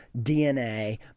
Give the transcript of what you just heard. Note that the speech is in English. DNA